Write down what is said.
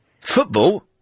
Football